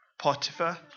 Potiphar